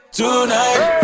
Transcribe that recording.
tonight